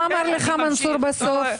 מה אמר לך מנסור בסוף?